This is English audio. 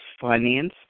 finance